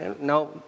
No